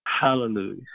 hallelujah